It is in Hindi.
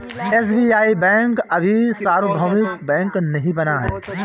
एस.बी.आई बैंक अभी सार्वभौमिक बैंक नहीं बना है